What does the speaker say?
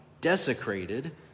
desecrated